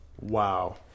Wow